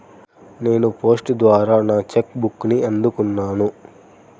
నేను పోస్ట్ ద్వారా నా చెక్ బుక్ని అందుకున్నాను